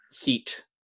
heat